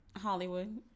Hollywood